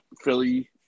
Philly